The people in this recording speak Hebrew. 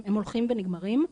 הם הולכים ונגמרים,